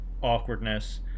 awkwardness